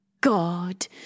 God